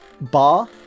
bar